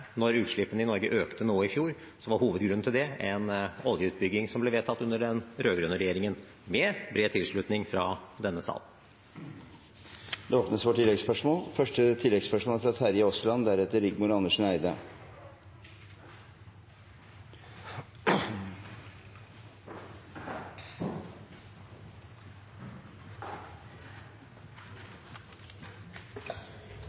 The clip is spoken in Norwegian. Når utslippene i Norge økte noe i fjor, var hovedgrunnen til det en oljeutbygging som ble vedtatt under den rød-grønne regjeringen, med bred tilslutning fra denne sal. Det åpnes for oppfølgingsspørsmål – først Terje Aasland.